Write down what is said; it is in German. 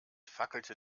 fackelte